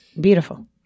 beautiful